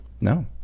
No